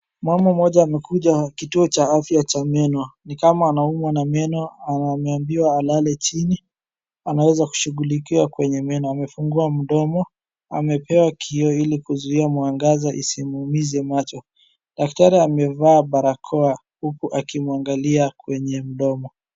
Mama mmoja amekuja kituo cha afya cha meno. Ni kama anaumwa na meno. Ameambiwa alale chini, anaweza kushughulikiwa kwenye meno. Amefungua mdomo. Amepewa kioo ili kuzuia mwangaza isimuumize macho. Daktari amevaa barakoa huku akimuangalia kwenye mdomo.